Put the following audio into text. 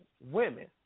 women